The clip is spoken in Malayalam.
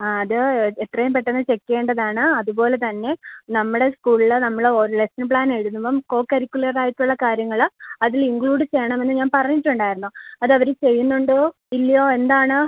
ആ അത് എത്രയും പെട്ടന്ന് ചെക്ക് ചെയ്യേണ്ടതാണ് അത്പോലെ തന്നെ നമ്മുടെ സ്കൂൾൽ നമ്മൾ ഒരു ലെസ്സൺ പ്ലാനെഴുതുമ്പം കോകരിക്കുലറായിട്ടുള്ള കാര്യങ്ങൾ അതിലിൻക്ലൂഡ് ചെയ്യണമെന്ന് ഞാൻ പറഞ്ഞിട്ടുണ്ടായിരുന്നു അതവർ ചെയ്യുന്നുണ്ടോ ഇല്ലയോ എന്താണ്